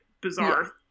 bizarre